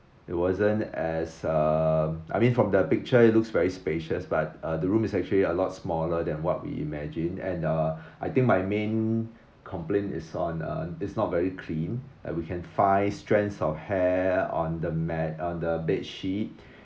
it wasn't as uh I mean from the picture it looks very spacious but uh the room is actually a lot smaller than what we imagine and uh I think my main complaint is on uh it's not very clean and we can find strands of hair on the mat on the bedsheet